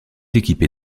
équipée